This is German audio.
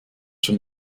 schon